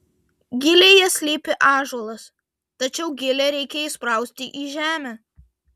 gilėje slypi ąžuolas tačiau gilę reikia įsprausti į žemę